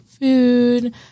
food